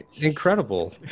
incredible